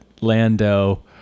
lando